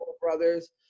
brothers